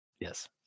Yes